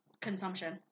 consumption